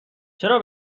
چرا